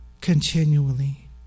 continually